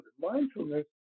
Mindfulness